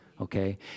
okay